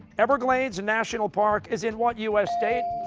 everglades and national park is in what u s. state?